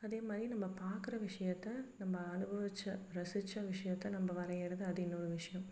அதேமாதிரி நம்ம பார்க்குற விஷயத்த நம்ம அனுபவித்த ரசித்த விஷயத்த நம்ம வரைகிறது அது இன்னொரு விஷயம்